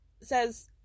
says